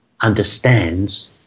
understands